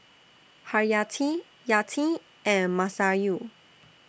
Haryati Yati and Masayu